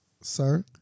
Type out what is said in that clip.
Sir